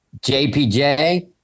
jpj